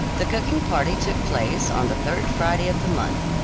the cooking party took place on the third friday of the month,